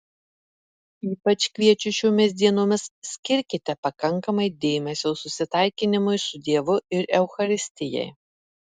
ypač kviečiu šiomis dienomis skirkite pakankamai dėmesio susitaikinimui su dievu ir eucharistijai